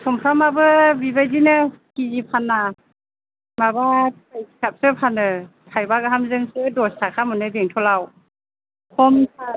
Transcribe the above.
सुमफ्रामाबो बेबायदिनो किजि फाना माबा फिथाइ हिसाबसो फानो थाइबा गाहामजोंसो दस थाखा मोनो बेंटलाव फनसास